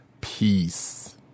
peace